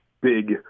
big